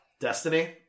Destiny